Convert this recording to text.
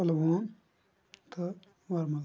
پُلووم تہٕ وَرمُل